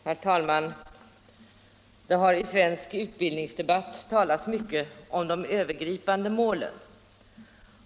Herr talman! Det har i svensk utbildningsdebatt talats mycket om de övergripande målen.